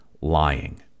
lying